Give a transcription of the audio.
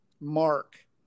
mark